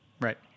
Right